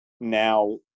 now